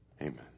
Amen